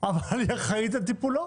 אבל היא אחראית לטיפולו